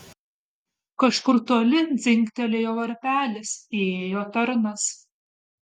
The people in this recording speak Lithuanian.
kažkur toli dzingtelėjo varpelis įėjo tarnas